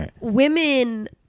women